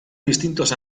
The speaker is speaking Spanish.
distintos